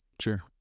Sure